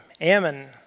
Ammon